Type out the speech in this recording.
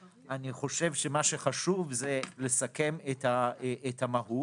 אני חושב שמה שחשוב זה לסכם את המהות.